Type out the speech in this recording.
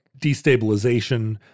destabilization